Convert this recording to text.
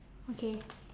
okay